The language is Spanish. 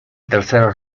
tercer